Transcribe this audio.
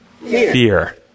Fear